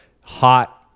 hot